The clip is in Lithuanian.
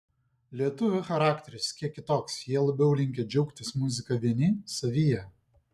lietuvių charakteris kiek kitoks jie labiau linkę džiaugtis muzika vieni savyje